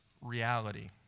reality